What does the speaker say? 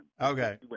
Okay